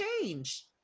change